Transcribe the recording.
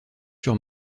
sur